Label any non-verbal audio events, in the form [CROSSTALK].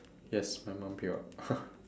yes my mum peel out [LAUGHS]